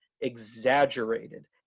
exaggerated